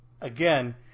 again